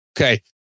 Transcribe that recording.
Okay